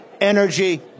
energy